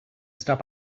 stop